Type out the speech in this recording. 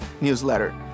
newsletter